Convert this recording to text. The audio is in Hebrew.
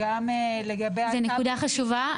זאת נקודה חשובה.